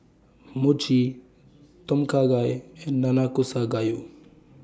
Mochi Tom Kha Gai and Nanakusa Gayu